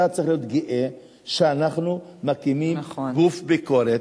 אתה צריך להיות גאה שאנחנו מקימים גוף ביקורת,